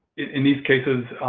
in these cases,